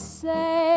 say